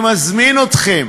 אני מזמין אתכם,